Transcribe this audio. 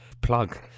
plug